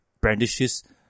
brandishes